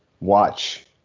watch